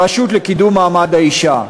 הרשות לקידום מעמד האישה.